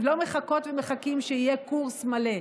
לא מחכות ומחכים שיהיה קורס מלא,